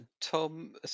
Tom